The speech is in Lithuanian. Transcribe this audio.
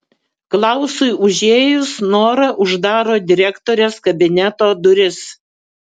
klausui užėjus nora uždaro direktorės kabineto duris